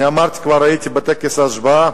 אני אמרתי כבר, הייתי בטקס השבעה